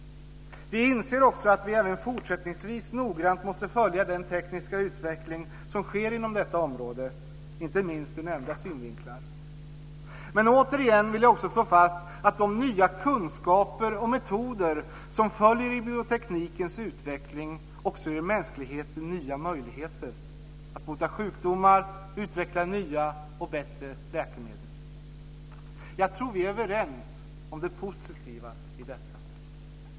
Vi inser också att vi även fortsättningsvis noggrant måste följa den tekniska utveckling som sker inom detta område, inte minst ur nämnda synvinklar. Men återigen vill jag slå fast att de nya kunskaper och metoder som följer i bioteknikens utveckling också ger mänskligheten nya möjligheter att bota sjukdomar och utveckla nya och bättre läkemedel. Jag tror att vi är överens om det positiva i detta.